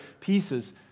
pieces